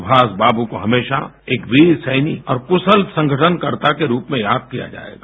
सुभाष बाबू को हमेशा एक वीर सैनिक और कुशल संगठनकर्ता के रूप में याद किया जाएगा